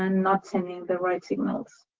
ah not sending the right signals.